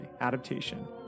adaptation